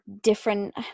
different